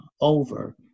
over